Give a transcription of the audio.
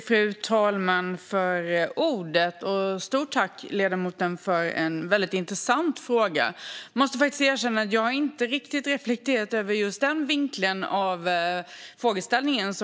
Fru talman! Jag vill rikta ett stort tack till ledamoten för en väldigt intressant fråga. Jag måste faktiskt erkänna att jag inte riktigt har reflekterat över just den vinkeln på frågeställningen.